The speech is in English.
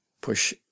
push